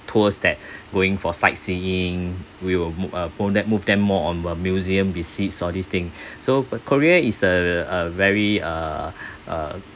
tours that going for sightseeing we will move uh move them more on museum visits all this thing so uh korea is uh uh very uh uh